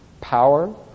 power